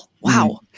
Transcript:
wow